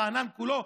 רענן כולו,